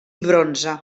bronze